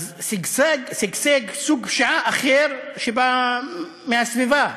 שגשג סוג אחר, שבא מהסביבה.